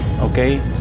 Okay